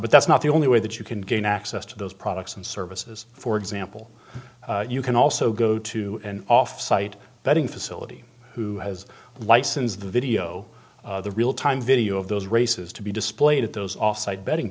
but that's not the only way that you can gain access to those products and services for example you can also go to an off site betting facility who has license the video real time video of those races to be displayed at those off site betting